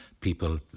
People